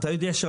אתה יודע,